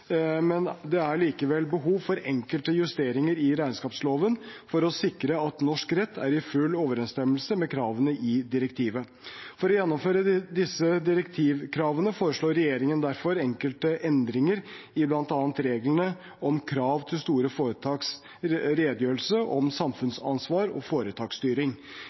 men det er likevel behov for enkelte justeringer i regnskapsloven for å sikre at norsk rett er i full overensstemmelse med kravene i direktivet. For å gjennomføre disse direktivkravene foreslår regjeringen derfor enkelte endringer i bl.a. reglene om krav til store foretaks redegjørelse om samfunnsansvar og foretaksstyring.